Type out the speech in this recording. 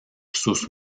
sus